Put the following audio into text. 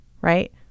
right